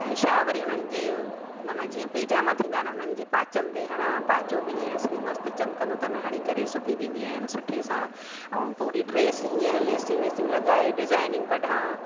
ऐं छा वरी उन्हनि जे मना जीअं पइजामा थींदा आहिनि उन्हनि जे पाचन ते हणां पाचो बि ईअं असली मस्तु चमकंदो अथनि हणी करे सिबी ॾींदी आहिनि सुठे सां ऐं पूरी ड्रेस हीअं लेसियूं वेसियूं लॻाए डिज़ाइनियूं कढां